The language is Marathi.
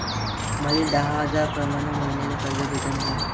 मले दहा हजार प्रमाण मईन्याले कर्ज भेटन का?